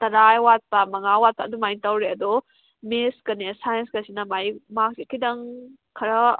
ꯇꯔꯥ ꯋꯥꯠꯄ ꯃꯉꯥ ꯋꯥꯠꯄ ꯑꯗꯨꯃꯥꯏꯅ ꯇꯧꯔꯦ ꯑꯗꯣ ꯃꯦꯠꯁꯀꯅꯦ ꯁꯥꯏꯟꯁꯀꯁꯤꯅ ꯃꯥꯒꯤ ꯃꯥꯔꯛꯁꯦ ꯈꯤꯇꯪ ꯈꯔ